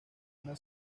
una